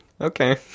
Okay